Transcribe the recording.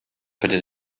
bitte